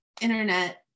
internet